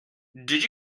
did